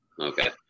okay